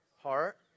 Heart